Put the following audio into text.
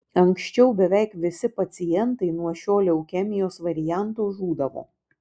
anksčiau beveik visi pacientai nuo šio leukemijos varianto žūdavo